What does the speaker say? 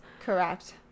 Correct